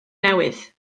newydd